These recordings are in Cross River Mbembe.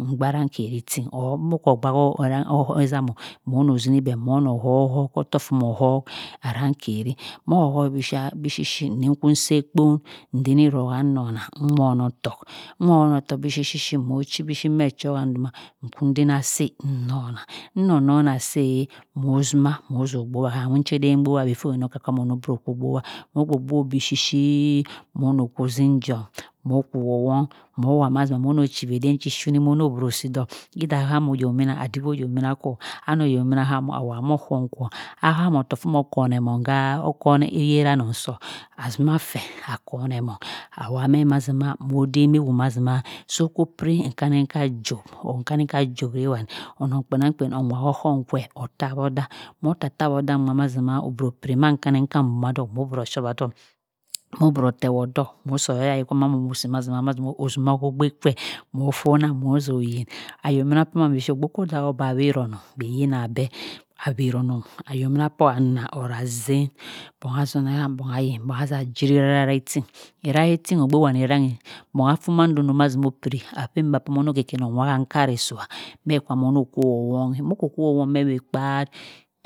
Ngba arankheri ting or mho kho gba heh zham mhono zini bhe mho yohk khotohk omoh hohk arankeri moh oho bi shi shi nnu seh akpon nnzini iroha nnogha nwo no tohla nwonotohk bishi shi shi mho chi meh chowha duma nku dinner asi nnogha nnong ntongha asimeh mho zima ozo-buah kham nchaden nbuchi before okar kwam onoh kwu ozo buah ogbowa gbo bi shi mho no kho ziri juam mho kuowong mho wamazi mhonoh kho chiwi oshini mho bro si ddohk iddah ah hamoyomina ah chiena mho oyomina kwo anohyomina ahamo ah wha mho chom kwo ahamo thok omoh khonemong ha khon oyerchnong soh azima feh a khonemong amha meh mazima mho demeho mazima so ko piri nkaninkha joh or nkaninkha johwiriwani onong kpenangkpen owha ohumkwe otawodah mho ta ta wo zah mazi ma obropri mha nkunika duma ddohk mho broh showa duk mho briuh tewod ddohk mho see aya yahi saman kho ogbe kwe mho zoh fonah moh zoh yin oyomimina pa man bishi ogbe kho daha te uwero-honong bhe yina beh ayanong oyominah kwo anah or azain bong azonehan bong ayin bong ahi ghera ra hi ting irwrahi ting ogbe wani ranghe bong ah fum-manda doh doh opiri aphe. aphe mba khen khen moh wha nkarehsua mhe kha moh kuongje moh kuwong si kpa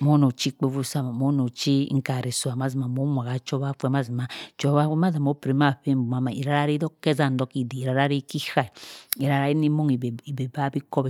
mho chi nkpovu sumeh moh noh chi nkarehsuah mazima mho wha ha choa affa mazima mho wha ha choa affa mazima chua mazima mho chin ha fie dumah irarachi khe exam dokhide irarachi ke zam okho ka ora ra hi inni mong baa bi kop